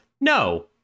no